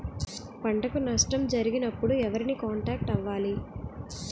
పంటకు నష్టం జరిగినప్పుడు ఎవరిని కాంటాక్ట్ అవ్వాలి?